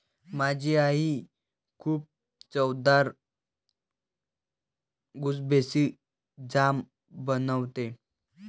माझी आई खूप चवदार गुसबेरी जाम बनवते